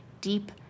deep